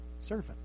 servant